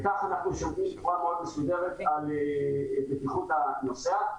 וכך אנחנו שומרים בצורה מאוד מסודרת על בטיחות הנוסע.